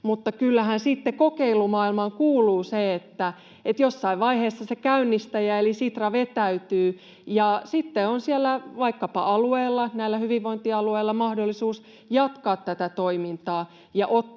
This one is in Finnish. sitten kokeilumaailmaan kuuluu se, että jossain vaiheessa se käynnistäjä eli Sitra vetäytyy ja sitten vaikkapa siellä alueilla, näillä hyvinvointialueilla, on mahdollisuus jatkaa tätä toimintaa